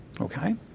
Okay